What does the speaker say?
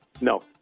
No